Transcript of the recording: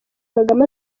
kagame